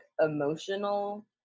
emotional